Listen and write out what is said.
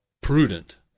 prudent